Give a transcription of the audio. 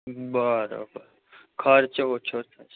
બરાબર ખર્ચ ઓછો થશે